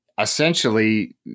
essentially